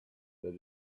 that